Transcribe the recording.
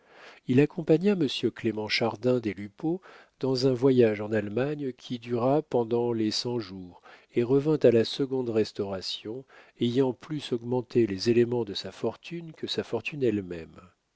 il accompagna monsieur clément chardin des lupeaulx dans un voyage en allemagne qui dura pendant les cent-jours et revint à la seconde restauration ayant plus augmenté les éléments de sa fortune que sa fortune elle-même